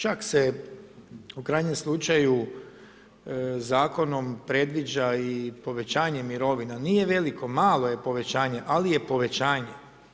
Čak se u krajnjem slučaju zakonom predviđa i povećanje mirovina, nije veliko, malo je povećanje ali je povećanje.